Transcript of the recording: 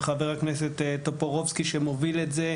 לחבר הכנסת טופורובסקי שמוביל את זה.